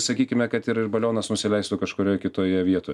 sakykime kad ir ir balionas nusileistų kažkurioj kitoje vietoj